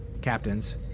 captains